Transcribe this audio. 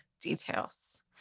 details